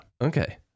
Okay